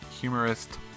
humorist